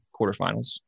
quarterfinals